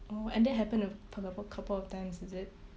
oh and that happened a a couple of times is it